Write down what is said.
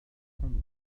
condom